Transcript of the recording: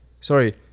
Sorry